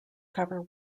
cover